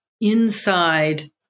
inside